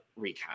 recap